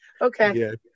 Okay